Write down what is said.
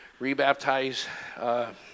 rebaptize